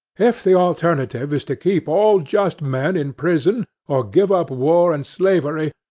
if the alternative is to keep all just men in prison, or give up war and slavery,